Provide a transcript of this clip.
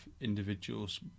individuals